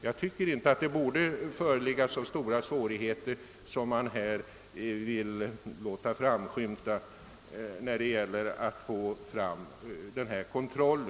Jag tycker inte att det borde föreligga så stora svårigheter som man här vill göra gällande när det gäller att åstadkomma en kontroll.